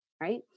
right